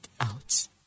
out